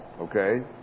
okay